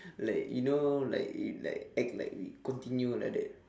like you know like like act like we continue like that